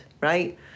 right